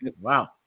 Wow